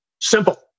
Simple